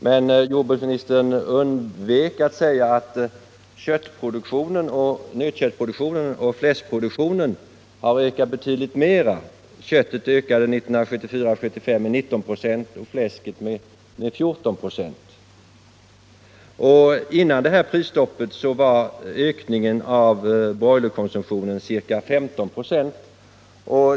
Men jordbruksministern undvek att säga att nötköttproduktionen och fläskproduktionen har ökat betydligt mer — nötköttet ökade 1974-1975 med 19 96 och fläsket med 14 96. Innan prisstoppet infördes var ökningen av broilerkonsumtionen ca 15 96.